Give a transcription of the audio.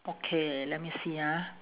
okay eh let me see ah